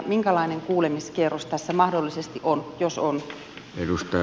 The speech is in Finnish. minkälainen kuulemiskierros tässä mahdollisesti on jos on